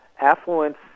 Affluence